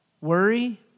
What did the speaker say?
Worry